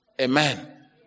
Amen